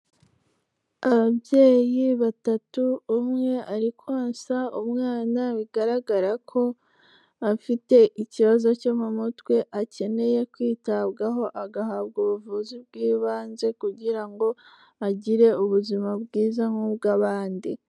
Ababyeyi batatu umwe, ari konsa umwana bigaragara ko afite ikibazo cyo mu mutwe akeneye kwitabwaho agahabwa ubuvuzi bw'ibanze kugira ngo agire ubuzima bwiza nk'ubw'abandi.